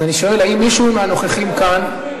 אז אני שואל, האם מישהו מהנוכחים כאן,